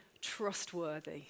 trustworthy